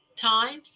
times